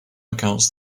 accounts